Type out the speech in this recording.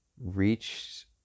reached